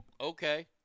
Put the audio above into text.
okay